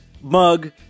mug